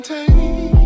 Take